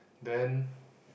then